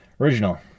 Original